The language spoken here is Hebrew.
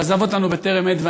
הוא עזב אותנו בטרם עת,